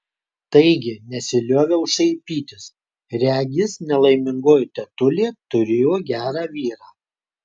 taigi nesilioviau šaipytis regis nelaimingoji tetulė turėjo gerą vyrą